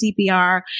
cpr